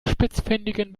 spitzfindigen